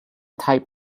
type